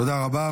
תודה רבה.